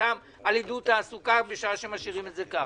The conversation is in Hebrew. בתקנתם על עידוד תעסוקה בשעה שמשאירים את זה ככה?